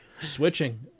switching